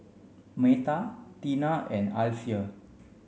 Meta Tina and Alysia